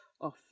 off